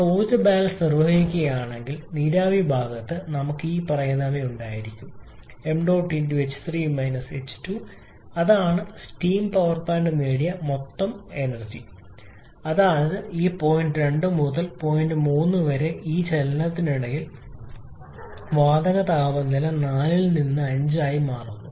ഞങ്ങൾ ഊർജ്ജ ബാലൻസ് നിർവഹിക്കുകയാണെങ്കിൽ നീരാവി ഭാഗത്ത് നമുക്ക് ഇനിപ്പറയുന്നവ ഉണ്ടായിരിക്കും 𝑚̇ ℎ3 ℎ2 അതാണ് സ്റ്റീം പ്ലാന്റ് നേടിയ മൊത്തം energy ർജ്ജം അതായത് പോയിന്റ് 2 മുതൽ പോയിന്റ് 3 വരെ ഈ ചലനത്തിനിടയിൽ വാതക താപനില 4 ൽ നിന്ന് 5 ആയി കുറയുന്നു